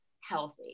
healthy